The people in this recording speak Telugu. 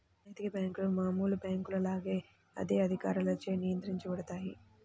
నైతిక బ్యేంకులు మామూలు బ్యేంకుల లాగా అదే అధికారులచే నియంత్రించబడతాయి